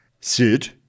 sit